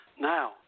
Now